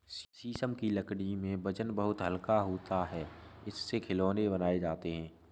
शीशम की लकड़ी वजन में बहुत हल्का होता है इससे खिलौने बनाये जाते है